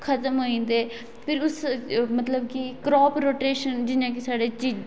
खत्म होई जंदे फिर ओह् क्राप रोटेशन जियां कि साढ़े